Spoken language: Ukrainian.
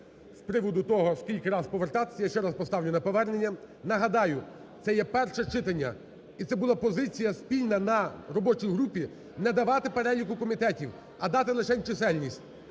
з приводу того, скільки раз повертатися. Я ще раз поставлю на повернення. Нагадаю, це є перше читання, і це була позиція спільна на робочій групі – на давати переліку комітетів, а дати лишень чисельність.